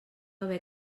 haver